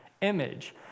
image